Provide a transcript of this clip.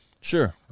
Sure